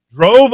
drove